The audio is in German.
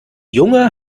junge